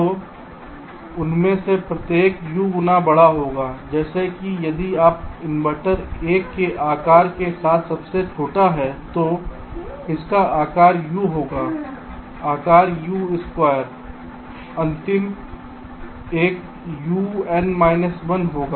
तो उनमें से प्रत्येक U गुना बड़ा होगा जैसे कि यदि पहला इन्वर्टर 1 के आकार के साथ सबसे छोटा है तो इसका आकार U होगा आकार U2 अंतिम एक UN 1 होगा